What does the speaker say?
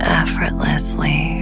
effortlessly